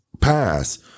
pass